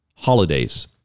holidays